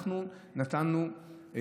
אנחנו נתנו,